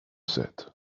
said